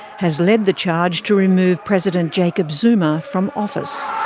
has led the charge to remove president jacob zuma from office.